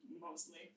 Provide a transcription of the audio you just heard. mostly